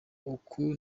uku